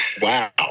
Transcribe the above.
Wow